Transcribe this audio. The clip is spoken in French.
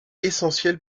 essentielle